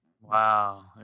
Wow